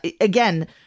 again